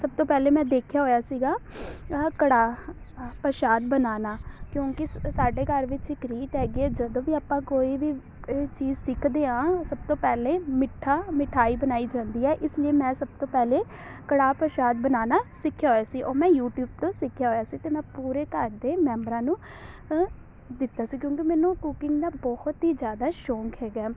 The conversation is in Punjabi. ਸਭ ਤੋਂ ਪਹਿਲੇ ਮੈਂ ਦੇਖਿਆ ਹੋਇਆ ਸੀਗਾ ਅਹ ਕੜਾਹ ਪ੍ਰਸ਼ਾਦ ਬਣਾਉਣਾ ਕਿਉਂਕਿ ਸਾਡੇ ਘਰ ਵਿੱਚ ਇੱਕ ਰੀਤ ਹੈਗੀ ਹੈ ਜਦੋਂ ਵੀ ਆਪਾਂ ਕੋਈ ਵੀ ਚੀਜ਼ ਸਿੱਖਦੇ ਹਾਂ ਸਭ ਤੋਂ ਪਹਿਲੇ ਮਿੱਠਾ ਮਿਠਾਈ ਬਣਾਈ ਜਾਂਦੀ ਹੈ ਇਸ ਲਈ ਮੈਂ ਸਭ ਤੋਂ ਪਹਿਲੇ ਕੜਾਹ ਪ੍ਰਸ਼ਾਦ ਬਣਾਉਣਾ ਸਿੱਖਿਆ ਹੋਇਆ ਸੀ ਉਹ ਮੈਂ ਯੂਟਿਊਬ ਤੋਂ ਸਿੱਖਿਆ ਹੋਇਆ ਸੀ ਅਤੇ ਮੈਂ ਪੂਰੇ ਘਰ ਦੇ ਮੈਂਬਰਾਂ ਨੂੰ ਦਿੱਤਾ ਸੀ ਕਿਉਂਕਿ ਮੈਨੂੰ ਕੁਕਿੰਗ ਦਾ ਬਹੁਤ ਹੀ ਜ਼ਿਆਦਾ ਸ਼ੌਕ ਹੈਗਾ